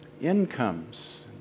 Incomes